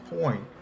point